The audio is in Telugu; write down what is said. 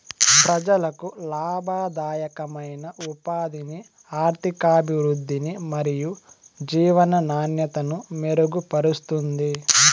ప్రజలకు లాభదాయకమైన ఉపాధిని, ఆర్థికాభివృద్ధిని మరియు జీవన నాణ్యతను మెరుగుపరుస్తుంది